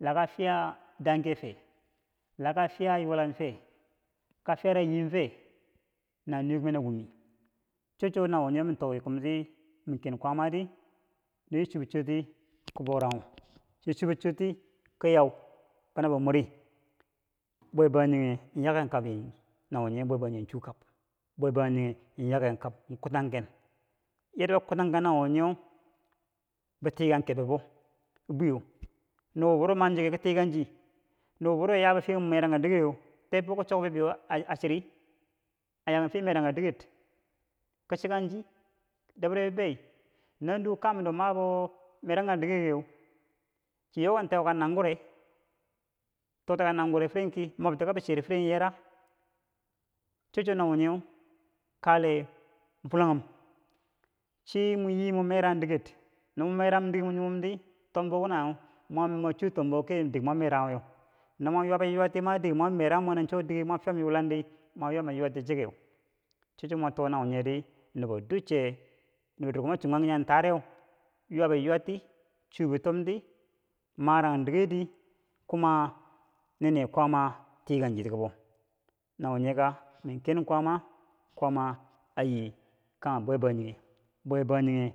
Laka fiya danger fiyer laka fiya yulin ka fiya yiimi fiye na nuwe na won mi cho cho nawe min tokamti mi ken kwaamaati min chobichorti yau nabi morkanghe bwe bangjinghe yaken kambi bwe bangjinghe yaken kambi kutanghe yarda bou kutanghe nawo nyee boii tikanghe kebibeu nubo biro mani chikeu nubo biro yaboni fiye meranka digero tembou kam cho bibeyo a cheri na yaken fiye meraka diker kom chikanghe chir komi damra bibei naduwo kanghe nubou mabou dikero yawan toka nagurang firanghe ki mobti kabi cher yera cho cho nawo nyee kale fullonghe sai mor yii mor merang diker nomor meranghe mor nyem diger tom bou nawo mor yii mor merang diker ki diker mor meranghe no mor yuwabi yuwar ti cheker cho chwo mor to- o naw nyee di, nubo duche nubo durche nubo durko tare ma chokanghe morne yuwabi yuwarti chotomti marang dikerti kuma kwaama tikanghe chiti kabou nawo nyeka a kwaama yi kanghe bwebangjinghe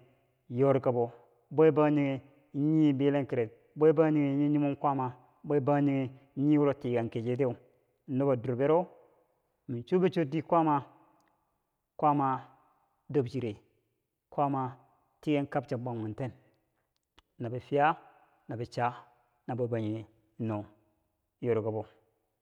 bwebangjinghe nii billingkere bwebangjinghe nii nyimom kwaama bwebangjinghe nii tikanghe kecherti nubo durbiro ma chobi chwo dir kwaama kwaama dor chire kwaama tiken kabi nachi bwa mwenten nabou fiya nabou cha na bwebangjinghe bwa mwenten yorikabou.